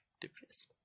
Depressed